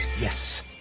Yes